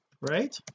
right